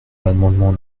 l’amendement